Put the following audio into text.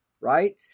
right